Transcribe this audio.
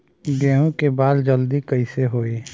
गेहूँ के बाल जल्दी कईसे होई?